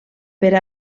per